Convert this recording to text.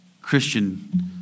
Christian